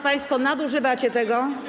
Państwo nadużywacie tego.